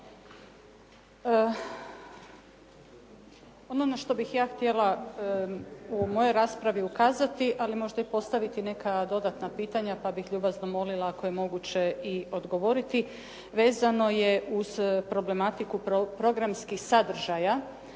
Ono na što bih ja htjela u mojoj raspravi ukazati, ali možda i postaviti neka dodatna pitanja, pa bih ljubazno molila ako je moguće i odgovoriti. Vezano je uz problematiku programskih sadržaja,